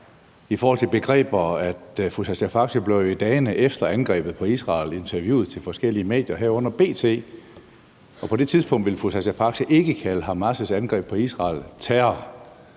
i forhold til begreber. Fru Sascha Faxe blev jo i dagene efter angrebet på Israel interviewet til forskellige medier, herunder B.T., og på det tidspunkt ville fru Sascha Faxe ikke kalde Hamas' angreb på Israel terror.